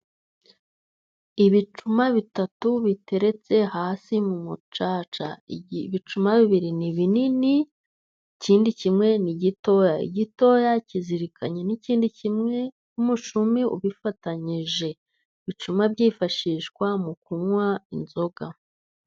Ibicuma bitatu biteretse hasi mu mucaca. Ibicuma bibiri ni binini ikindi kimwe ni gitoya. Igitoya kizirikanye n'ikindi kimwe n'umushumi ubifatanyije. Ibicuma byifashishwa mu kunywa inzoga.